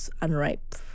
Unripe